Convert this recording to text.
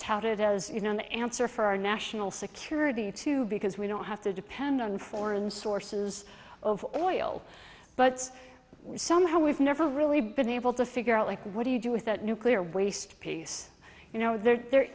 tatted as you know the answer for our national security too because we don't have to depend on foreign sources of oil but somehow we've never really been able to figure out like what do you do with that nuclear waste piece you know there